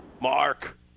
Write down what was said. Mark